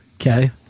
Okay